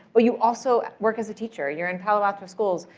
but you also work as a teacher. you're in palo alto schools.